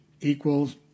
equals